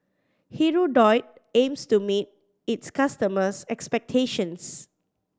hirudoid aims to meet its customers' expectations